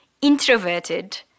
introverted